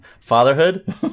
fatherhood